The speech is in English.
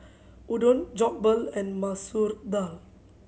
Udon Jokbal and Masoor Dal